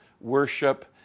worship